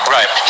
Right